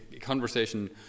conversation